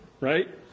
Right